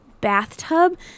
bathtub